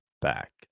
back